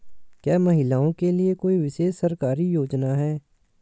क्या महिलाओं के लिए कोई विशेष सरकारी योजना है?